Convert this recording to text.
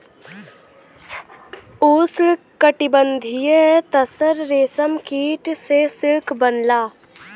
उष्णकटिबंधीय तसर रेशम कीट से सिल्क बनला